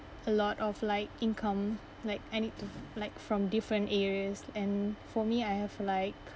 a lot of like income like I need to like from different areas and for me I have like